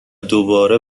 دوباره